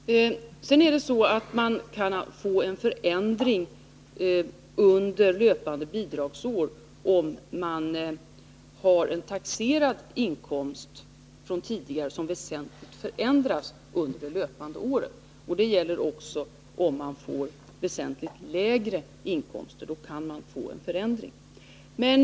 Sedan är det så att man kan få en förändring av bidraget under löpande bidragsår, om man har en tidigare taxerad inkomst som väsentligt förändras under det löpande året. Om man får väsentligt lägre inkomst, kan man också få en förändring av bidraget.